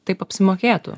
taip apsimokėtų